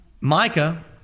Micah